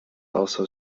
also